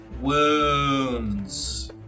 Wounds